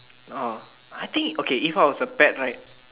oh I think okay if I was a pet right